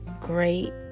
great